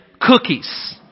cookies